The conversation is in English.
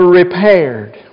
repaired